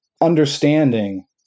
understanding